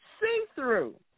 see-through